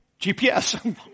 GPS